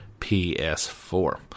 PS4